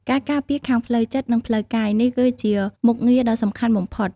ការការពារខាងផ្លូវចិត្ត និងផ្លូវកាយ នេះគឺជាមុខងារដ៏សំខាន់បំផុត។